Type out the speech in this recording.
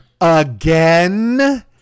again